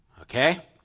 okay